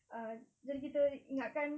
uh jadi kita ingatkan